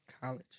College